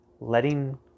letting